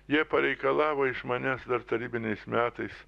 jie pareikalavo iš manęs dar tarybiniais metais